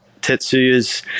Tetsuya's